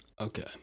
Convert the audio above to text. Okay